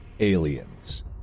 aliens